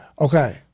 Okay